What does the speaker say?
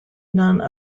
none